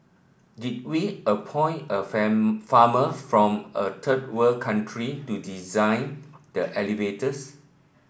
did we appoint a farmer from a third world country to design the elevators